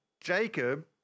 Jacob